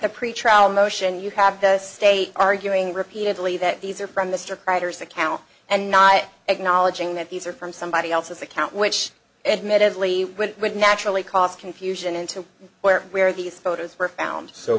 the pretrial motion you have the state arguing repeatedly that these are from mr writer's account and not acknowledging that these are from somebody else's account which admittedly would would naturally cause confusion into where where these photos were found so